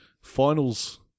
finals